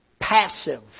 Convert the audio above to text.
passive